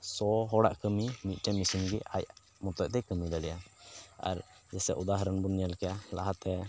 ᱥᱚ ᱦᱚᱲᱟᱜ ᱠᱟᱹᱢᱤ ᱢᱤᱫᱴᱮᱱ ᱢᱮᱥᱤᱱ ᱜᱮ ᱟᱡ ᱢᱚᱛᱚ ᱛᱮ ᱠᱟᱹᱢᱤ ᱫᱟᱲᱮᱭᱟᱜᱼᱟ ᱟᱨ ᱡᱮᱥᱮ ᱩᱫᱟᱦᱚᱨᱚᱱ ᱵᱚᱱ ᱧᱮᱞ ᱠᱮᱜᱼᱟ ᱞᱟᱦᱟᱛᱮ